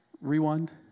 rewind